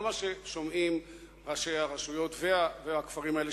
כל מה ששומעים ראשי הרשויות והכפרים האלה,